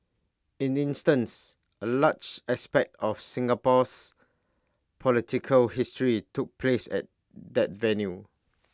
in instance A large aspect of Singapore's political history took place at that venue